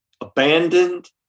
abandoned